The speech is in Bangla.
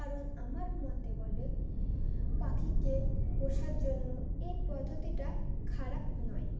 কারণ আমার মতে বলে পাখিকে পোষার জন্য এই পদ্ধতিটা খারাপ নয়